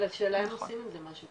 השאלה אם עושים עם זה משהו.